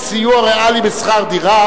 סיוע ריאלי בשכר דירה)